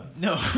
no